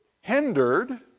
hindered